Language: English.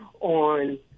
on